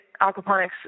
aquaponics